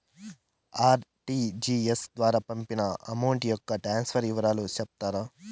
RTGS ద్వారా పంపిన amount యొక్క ట్రాన్స్ఫర్ వివరాలు సెప్తారా